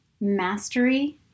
mastery